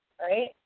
right